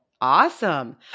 Awesome